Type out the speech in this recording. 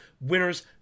winners